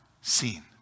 seen